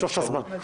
למשוך את הזמן.